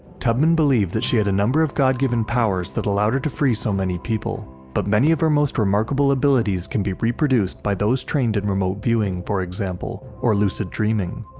tubman believed that she had a number of god-given powers that allowed her to free so many people, but many of her most remarkable abilities can be reproduced by those trained in remote viewing, for example, or lucid dreaming.